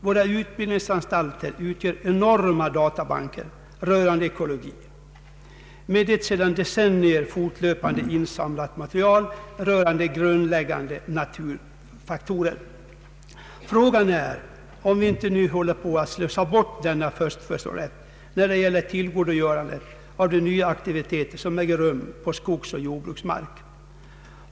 Våra utbildningsanstalter utgör enorma databanker rö rande ekologi med ett sedan decennier fortlöpande insamlat material rörande grundläggande naturfaktorer. Frågan är om vi inte nu håller på att slösa bort denna förstfödslorätt när det gäller tillgodogörandet av de nya aktiviteter som äger rum på skogsoch jordbruksmark.